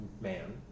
Man